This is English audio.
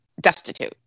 destitute